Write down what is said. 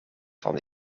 van